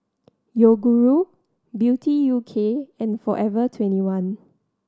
Yoguru Beauty U K and Forever Twenty one